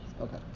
Okay